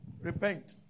Repent